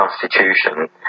constitution